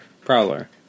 Prowler